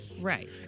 Right